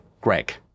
greg